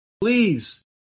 please